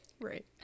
right